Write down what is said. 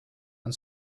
and